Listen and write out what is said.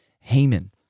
haman